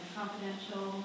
confidential